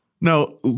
Now